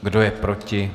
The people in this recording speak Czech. Kdo je proti?